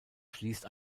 schließt